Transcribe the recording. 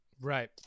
Right